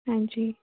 ਹਾਂਜੀ